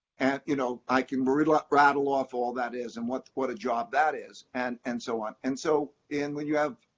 and you know, i can rattle ah rattle off all that is, and what what a job that is, and and so on. and so, and when you have